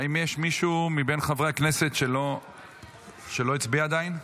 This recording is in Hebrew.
האם יש מישהו מבין חברי הכנסת שלא הצביע עדיין?